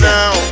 Now